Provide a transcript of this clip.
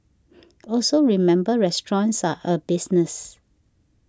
also remember restaurants are a business